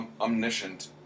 omniscient